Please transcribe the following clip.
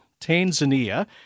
Tanzania